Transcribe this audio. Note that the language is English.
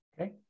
Okay